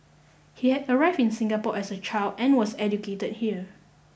he had arrived in Singapore as a child and was educated here